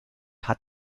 hat